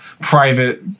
private